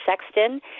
Sexton